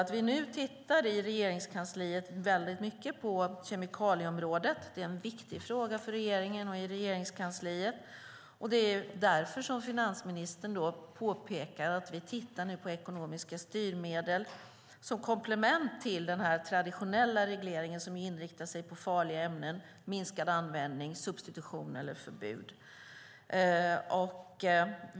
Nu tittar vi i Regeringskansliet väldigt mycket på kemikalieområdet. Det är en viktig fråga för regeringen och Regeringskansliet. Det är därför som finansministern påpekar att vi nu tittar på ekonomiska styrmedel som komplement till den traditionella regleringen som inriktar sig på farliga ämnen, minskad användning, substitution eller förbud.